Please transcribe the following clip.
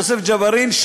יוסף ג'בארין,